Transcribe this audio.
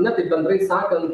na taip bendrai sakant